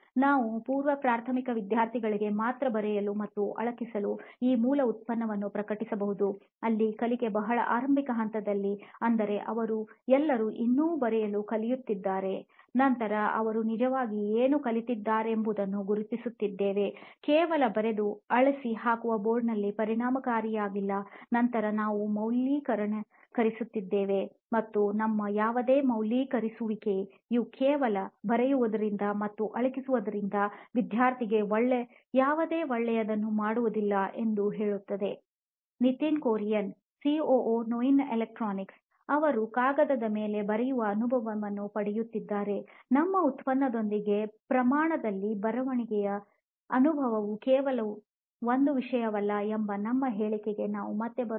ನಾವು ಪೂರ್ವ ಪ್ರಾಥಮಿಕ ವಿದ್ಯಾರ್ಥಿಗಳಿಗೆ ಮಾತ್ರ ಬರೆಯಲು ಮತ್ತು ಅಳಿಕಿಸಲು ಈ ಮೂಲ ಉತ್ಪನ್ನವನ್ನು ಪ್ರಕಟಿಸಬಹುದು ಅಲ್ಲಿ ಕಲಿಕೆ ಬಹಳ ಆರಂಭಿಕ ಹಂತದಲ್ಲಿ ಅಂದರೆ ಅವರು ಎಲ್ಲರೂ ಇನ್ನೂ ಬರೆಯಲು ಕಲಿಯುತ್ತಾರೆ ನಂತರ ಅವರು ನಿಜವಾಗಿ ಏನು ಕಲಿಯುತ್ತಿದ್ದಾರೆಂಬುದನ್ನು ಗುರುತಿಸಿದ್ದೇವೆ ಕೇವಲ ಬರೆದು ಅಳಿಸಿಹಾಕುವ ಬೋರ್ಡ್ನಲ್ಲಿ ಪರಿಣಾಮಕಾರಿಯಾಗಿಲ್ಲ ನಂತರ ನಾವು ಮೌಲ್ಯೀಕರಿಸಿದ್ದೇವೆ ಮತ್ತು ನಮ್ಮ ಯಾವುದೇ ಮೌಲ್ಯೀಕರಿಸುವಿಕೆಯು ಕೇವಲ ಬರೆಯುವುದರಿಂದ ಮತ್ತು ಅಳಿಸುವುದರಿಂದ ವಿದ್ಯಾರ್ಥಿಗೆ ಯಾವುದೇ ಒಳ್ಳೆಯದನ್ನು ಮಾಡುವುದಿಲ್ಲ ಎಂದು ಹೇಳುತ್ತದೆ ನಿತಿನ್ ಕುರಿಯನ್ ಸಿಒಒ ನೋಯಿನ್ ಎಲೆಕ್ಟ್ರಾನಿಕ್ಸ್ ಅವರು ಕಾಗದದ ಮೇಲೆ ಬರೆಯುವ ಅನುಭವವನ್ನು ಪಡೆಯುತ್ತಿದ್ದಾರೆ ನಮ್ಮ ಉತ್ಪನ್ನದೊಂದಿಗೆ ಪ್ರಯಾಣದಲ್ಲಿ ಬರವಣಿಗೆಯ ಅನುಭವವು ಕೇವಲ ಒಂದು ವಿಷಯವಲ್ಲ ಎಂಬ ನಿಮ್ಮ ಹೇಳಿಕೆಗೆ ನಾವು ಮತ್ತೆ ಬರುತ್ತೇವೆ